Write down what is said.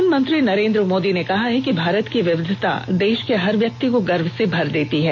प्रधानमंत्री नरेन्द्र मोदी ने कहा है कि भारत की विविधता देश के हर व्यक्ति को गर्व से भर देती है